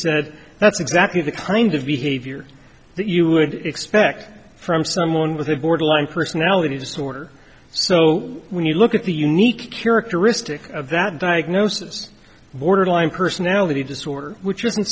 said that's exactly the kind of behavior that you would expect from someone with a borderline personality disorder so when you look at the unique characteristic of that diagnosis borderline personality disorder which